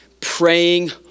praying